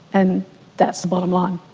and that's the bottom line.